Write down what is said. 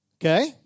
Okay